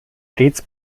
stets